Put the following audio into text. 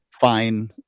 Fine